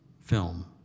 film